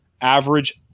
average